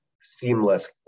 seamless